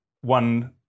one